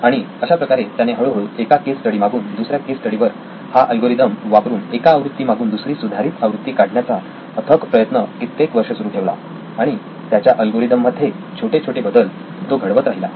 आणि अशाप्रकारे त्याने हळूहळू एका केस स्टडी मागून दुसऱ्या केस स्टडी वर हा अल्गोरिदम वापरून एका आवृत्ती मागून दुसरी सुधारित आवृत्ती काढण्याचा अथक प्रयत्न कित्येक वर्ष सुरू ठेवला आणि त्याच्या अल्गोरिदम मध्ये छोटे छोटे बदल तो घडवत राहिला